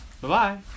Bye-bye